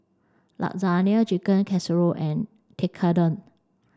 Lasagna Chicken Casserole and Tekkadon